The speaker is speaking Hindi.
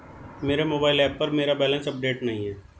मेरे मोबाइल ऐप पर मेरा बैलेंस अपडेट नहीं है